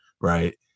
Right